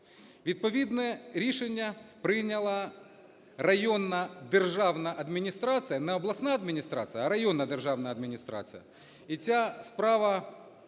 Відповідне рішення прийняла районна державна адміністрація, не обласна адміністрація, а районна державна адміністрація.